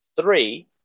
Three